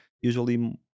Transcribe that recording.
usually